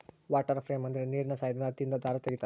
water frame ಅಂದ್ರೆ ನೀರಿನ ಸಹಾಯದಿಂದ ಹತ್ತಿಯಿಂದ ದಾರ ತಗಿತಾರ